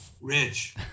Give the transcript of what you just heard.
rich